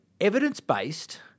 evidence-based